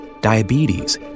diabetes